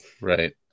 Right